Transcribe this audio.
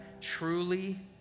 truly